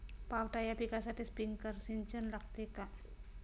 पावटा या पिकासाठी स्प्रिंकलर सिंचन चांगले आहे का?